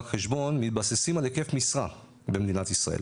חשבון מתבססים על היקף משרה במדינת ישראל